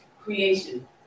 creation